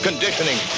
Conditioning